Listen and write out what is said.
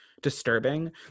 Disturbing